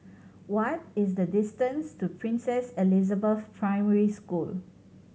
what is the distance to Princess Elizabeth Primary School